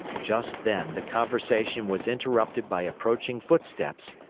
just then, the conversation was interrupted by approaching footsteps.